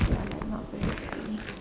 they are like not very free